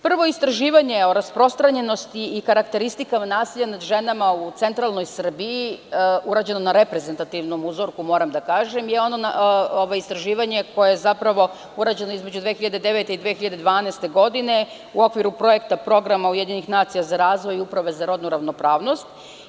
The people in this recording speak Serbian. Prvo istraživanje o rasprostranjenosti i karakteristikama nasilja nad ženama u centralnoj Srbiji urađeno na reprezentativnom uzorku moram da kažem je ono istraživanje koje je urađeno između 2009. i 2012. godine u okviru Projekta programa UN za razvoj i Uprave za rodnu ravnopravnost.